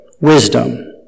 Wisdom